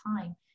time